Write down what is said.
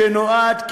שנועד,